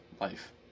life